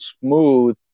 smooth